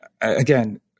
Again